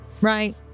right